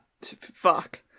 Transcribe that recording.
Fuck